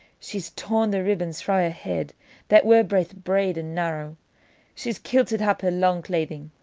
she's torn the ribbons frae her head that were baith braid and narrow she's kilted up her lang claithing,